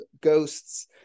ghosts